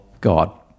God